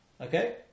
Okay